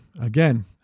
again